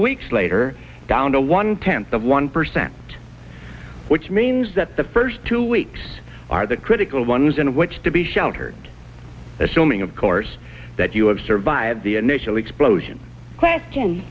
weeks later down to one tenth of one percent which means that the first two weeks are the critical ones in which to be sheltered assuming of course that you have survived the initial explosion question